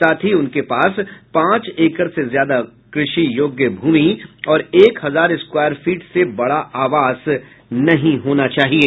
साथ ही उनके पास पांच एकड़ से ज्यादा कृषि योग्य भूमि और एक हजार स्क्वायर फीट से बड़ा आवास नहीं होनी चाहिये